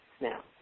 now